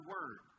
Word